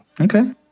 Okay